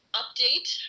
update